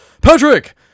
Patrick